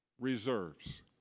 reserves